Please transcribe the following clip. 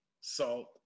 salt